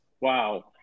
wow